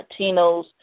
Latinos